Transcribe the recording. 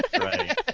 Right